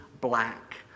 black